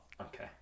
Okay